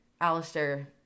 Alistair